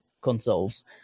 consoles